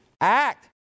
act